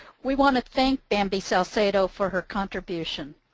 we want to thank bamby salcedo for her contribution.